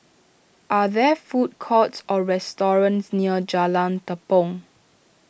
are there food courts or restaurants near Jalan Tepong